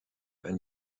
and